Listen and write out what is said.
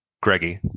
Greggy